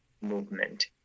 movement